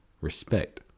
respect